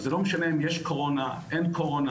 אז זה לא משנה אם יש קורונה או אין קורונה,